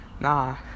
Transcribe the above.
Nah